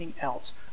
else